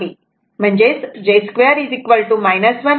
म्हणजेच j 2 1 आहे